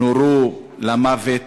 נורו למוות